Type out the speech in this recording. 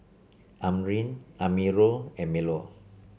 Amrin Amirul and Melur